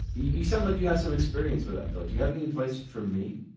you sound like you have some experience with that, though. do you have any advice for me?